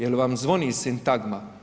Je li vam zvoni sintagma?